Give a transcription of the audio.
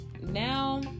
now